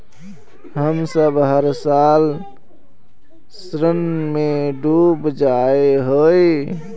हम सब हर साल ऋण में डूब जाए हीये?